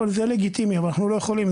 זה לגיטימי אבל אנחנו לא יכולים.